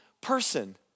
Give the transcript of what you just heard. person